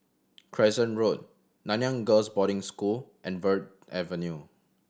Crescent Road Nanyang Girls' Boarding School and Verde Avenue